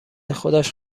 خودش